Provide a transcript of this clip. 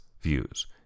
views